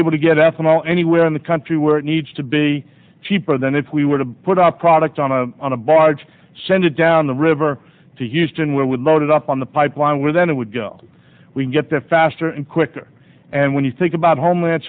able to get ethanol anywhere in the country where it needs to be cheaper than if we were to put up product on a on a barge send it down the river to houston where we loaded up on the pipeline where then it would go we get there faster and quicker and when you think about homeland